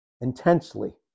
Intensely